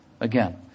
Again